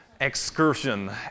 excursion